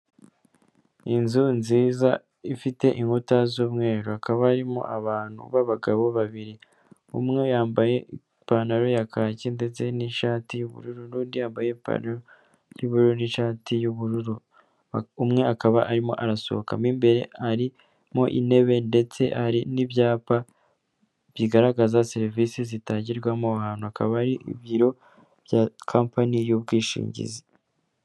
Inzu nziza ifite inkuta z'umweru, hakaba harimo abantu b'abagabo babiri, umwe yambaye ipantaro ya kaki ndetse n'ishati y'ubururu n'undi yambaye ipantaro y'ubururu n'ishati y'ubururu, umwe akaba arimo arasohoka mo imbere harimo intebe ndetse hari n'ibyapa bigaragaza serivisi zitangirwamo aho ahantu, akaba ari ibiro bya kampani y'ubwishingizi.